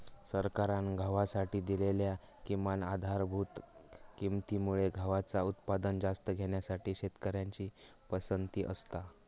सरकारान गव्हासाठी दिलेल्या किमान आधारभूत किंमती मुळे गव्हाचा उत्पादन जास्त घेण्यासाठी शेतकऱ्यांची पसंती असता